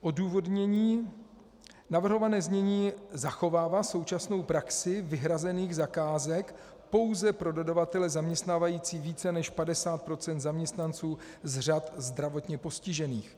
Odůvodnění: Navrhované znění zachovává současnou praxi vyhrazených zakázek pouze pro dodavatele zaměstnávající více než 50 % zaměstnanců z řad zdravotně postižených.